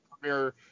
premier